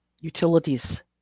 utilities